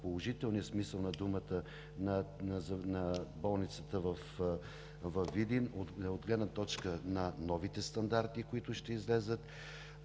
положителния смисъл на думата на болницата във Видин от гледна точка на новите стандарти, които ще излязат,